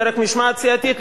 דרך משמעת סיעתית,